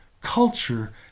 culture